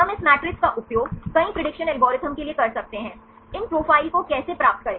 हम इस मैट्रिक्स का उपयोग कई प्रेडिक्शन एल्गोरिदम के लिए कर सकते हैं इन प्रोफाइल को कैसे प्राप्त करें